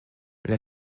mais